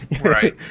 Right